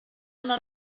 una